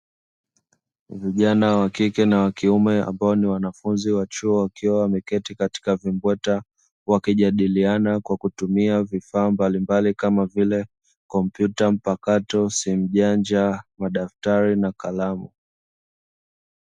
Vijana wa kike na wa kiume ambao ni wanafunzi wa chuo wakiwa wameketi katika vimbweta, wakijadiliana kwa kutumia vifaa mbalimbali, kama vile; kompyuta mpakato, simu janja, madaftari na kalamu.